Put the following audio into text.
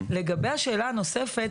לגבי השאלה הנוספת,